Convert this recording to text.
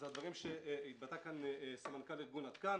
זה דברים שהתבטא כאן סמנכ"ל ארגון עד כאן.